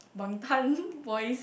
bangtan boys